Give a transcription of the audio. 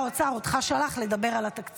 כי אני מבינה ששר האוצר שלח אותך לדבר על התקציב.